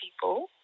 people